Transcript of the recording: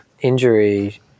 injury